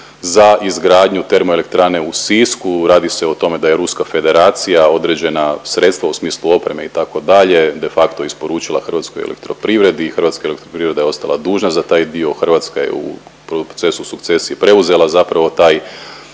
za izgradnju termo elektrane u Sisku. Radi se o tome da je Ruska Federacija određena sredstva u smislu opreme itd. de facto isporučila Hrvatskoj elektroprivredi. Hrvatska elektroprivreda je ostala dužna za taj dio. Hrvatska je u procesu sukcesije preuzela zapravo taj